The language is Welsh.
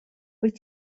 wyt